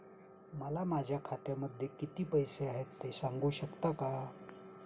मला माझ्या खात्यामध्ये किती पैसे आहेत ते सांगू शकता का?